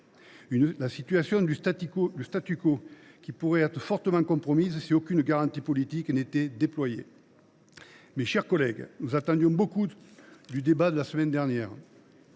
La situation de pourrait être fortement compromise si aucune garantie politique n’était octroyée. Mes chers collègues, nous attendions beaucoup du débat de la semaine dernière.